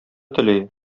тели